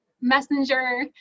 messenger